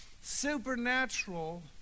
supernatural